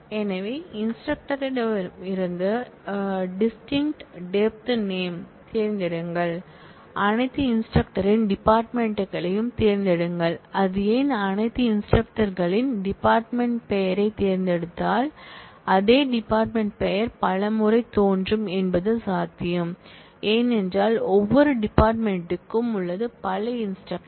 எனவே இன்ஸ்ட்ரக்டரிடமிருந்து distinct depth name தேர்ந்தெடுங்கள் அனைத்து இன்ஸ்ட்ரக்டர் ன் டிபார்ட்மென்ட் களையும் தேர்ந்தெடுங்கள் அது ஏன் அனைத்து இன்ஸ்ட்ரக்டர் களின் டிபார்ட்மென்ட் பெயரைத் தேர்ந்தெடுத்தால் அதே டிபார்ட்மென்ட் பெயர் பல முறை தோன்றும் என்பது சாத்தியம் ஏனென்றால் ஒவ்வொரு டிபார்ட்மென்ட் க்கும் உள்ளது பல இன்ஸ்ட்ரக்டர்